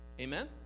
Amen